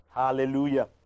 Hallelujah